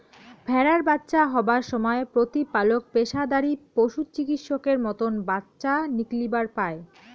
ভ্যাড়ার বাচ্চা হবার সমায় প্রতিপালক পেশাদারী পশুচিকিৎসকের মতন বাচ্চা নিকলিবার পায়